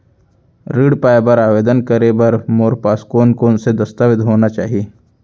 ऋण पाय बर आवेदन करे बर मोर पास कोन कोन से दस्तावेज होना चाही?